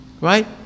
right